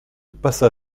passa